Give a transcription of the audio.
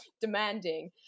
demanding